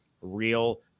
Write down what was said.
real